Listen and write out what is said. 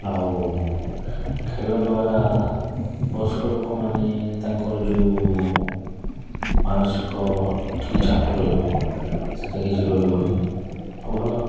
ଆଉ ଖେଲ ଦ୍ଵାରା ବୟସ୍କ ଲୋକମାନେ ତାଙ୍କର ଯେଉଁ ମାନସିକ ଟିକେ ଚାପ ରହିବ ସେଟା କିଛି ରହିବନି ଆଉ ଭଲ